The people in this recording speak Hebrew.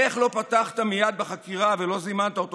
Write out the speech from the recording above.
איך לא פתחת מייד בחקירה ולא זימנת אותו